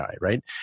right